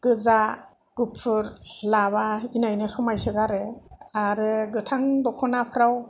गोजा गुफुर लाबा इनायनो समायसो गारो आरो गोथां दखनाफ्राव